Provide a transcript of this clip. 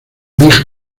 big